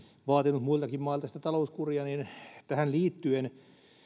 vaatinut muiltakin mailta sitä talouskuria niin tähän liittyen